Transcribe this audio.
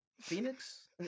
phoenix